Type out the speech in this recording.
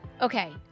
Okay